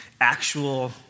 actual